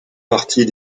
partie